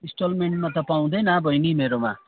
इन्सटलमेन्टमा त पाउँदैन बहिनी मेरोमा